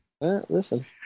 Listen